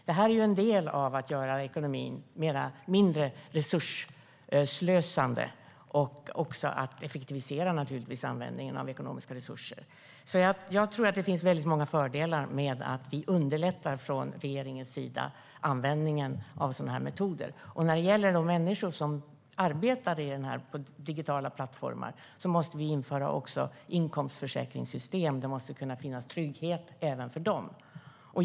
Det här bidrar till att göra ekonomin mindre resursslösande och naturligtvis också till att effektivisera användningen av ekonomiska resurser. Jag tror att det finns väldigt många fördelar med att vi från regeringens sida underlättar användningen av sådana här metoder. När det gäller de människor som arbetar på digitala plattformar måste vi införa inkomstförsäkringssystem. Det måste finnas trygghet även för dem.